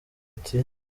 ati